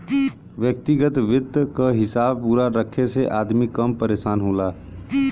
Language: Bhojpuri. व्यग्तिगत वित्त क हिसाब पूरा रखे से अदमी कम परेसान होला